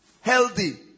healthy